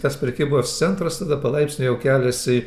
tas prekybos centras tada palaipsniui jau keliasi